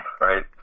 right